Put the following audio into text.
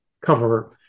cover